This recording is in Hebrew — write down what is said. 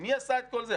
מי עשה את כל זה?